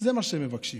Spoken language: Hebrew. זה מה שהם מבקשים.